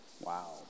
Wow